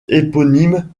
éponyme